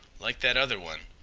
like that other one,